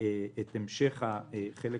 את המשך חלק